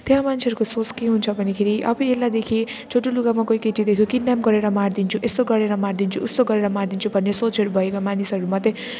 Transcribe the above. त्यहाँ मान्छेहरूको सोच के हुन्छ भन्दाखेरि अब यसलाई देखेँ छोटो लुगामा कोही केटी देख्यो किड्नेप गरेर मारिदिन्छु यसो गरेर मारिदिन्छु उस्तो गरेर मारिदिन्छु भन्ने सोचहरू भएका मानिसहरूमध्ये